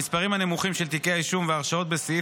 המספרים הנמוכים של תיקי האישום וההרשעות בסעיף,